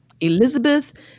Elizabeth